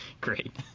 Great